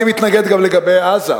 אני מתנגד גם לגבי עזה,